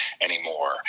anymore